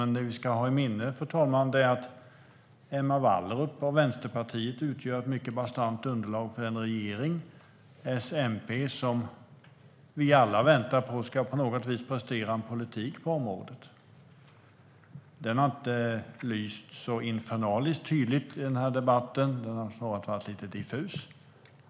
Men det vi ska ha i minne, fru talman, är att Emma Wallrup och Vänsterpartiet utgör ett mycket bastant underlag för en regering med S och MP som vi alla väntar på ska prestera en politik på området på något vis. Denna politik har inte lyst så infernaliskt tydligt i debatten; den har snarast varit lite diffus.